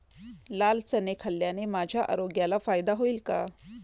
लाल चणे खाल्ल्याने माझ्या आरोग्याला फायदा होईल का?